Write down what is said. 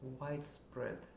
widespread